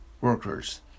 workers